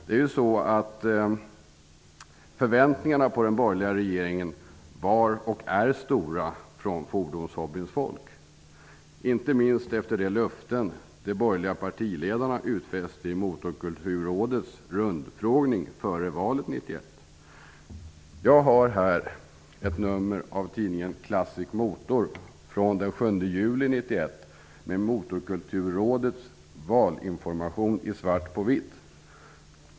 Förväntningarna från fordonshobbyns folk på den borgerliga regeringen var och är stora, inte minst efter de löften som de borgerliga partiledarna avgav i Motorkulturrådets rundfrågning före valet 1991. Jag har här ett nummer av tidningen Classic Motor från den 7 juli 1991, med Motorkulturrådets valinformation i svart på vitt.